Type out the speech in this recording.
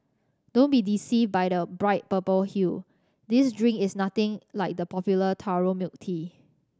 don't be deceived by the bright purple hue this drink is nothing like the popular taro milk tea